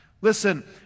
Listen